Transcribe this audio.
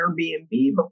Airbnb